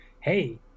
Hey